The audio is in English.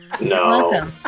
No